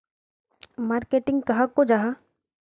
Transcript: Marketing कहाक को जाहा?